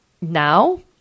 Now